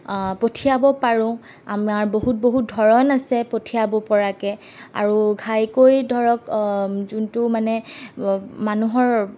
পঠিয়াব পাৰোঁ আমাৰ বহুত বহুত ধৰণ আছে পঠিয়াব পৰাকে আৰু ঘাইকৈ ধৰক যোনটো মানে মানুহৰ